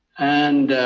and,